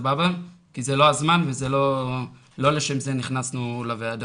זה לא הזמן ולא לשם כך נכנסנו לוועדה.